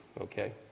okay